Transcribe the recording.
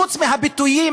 חוץ מהביטויים,